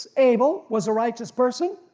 abel was a righteous person,